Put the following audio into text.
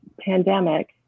pandemic